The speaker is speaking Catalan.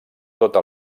tota